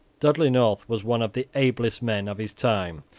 dudley north was one of the ablest men of his time.